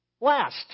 last